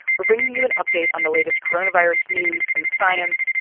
we're bringing you an update on the latest coronavirus news in science,